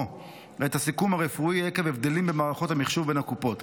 את הסיכום הרפואי עקב הבדלים במערכות המחשוב בין הקופות,